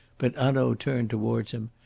but hanaud turned towards him,